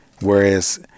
whereas